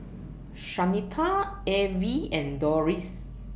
Shanita Evie and Doris